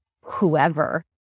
whoever